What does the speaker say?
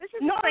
No